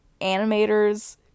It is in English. animators